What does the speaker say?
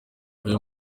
uyu